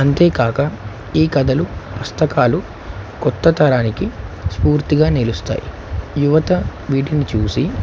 అంతేకాక ఈ కథలు హుస్తకాలు కొత్త తరానికి స్ఫూర్తిగా నిలుస్తాయి యువత వీటిని చూసి